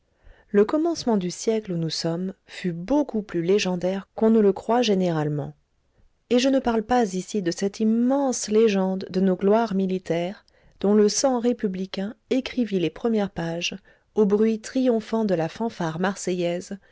le commencement du siècle où nous sommes fut beaucoup plus légendaire qu'on ne le croit généralement et je ne parle pas ici de cette immense légende de nos gloires militaires dont le sang républicain écrivit les premières pages au bruit triomphant de la fanfare marseillaise